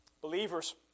believers